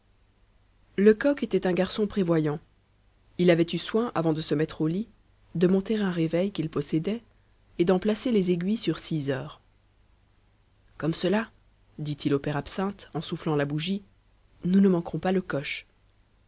lecoq était un garçon prévoyant il avait eu soin avant de se mettre au lit de monter un réveil qu'il possédait et d'en placer les aiguilles sur six heures comme cela dit-il au père absinthe en soufflant la bougie nous ne manquerons pas le coche